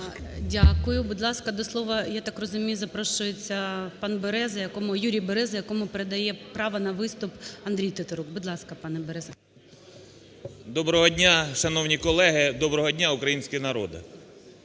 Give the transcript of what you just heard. Дякую. Будь ласка, до слова, я так розумію, запрошується пан Береза, якому... Юрій Береза, якому передає право на виступ Андрій Тетерук. Будь ласка, пане Береза. 10:22:59 БЕРЕЗА Ю.М. Доброго дня, шановні колеги! Доброго дня, український народе!